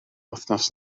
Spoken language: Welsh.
wythnos